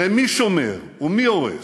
הרי מי שומר ומי הורס?